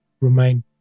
remain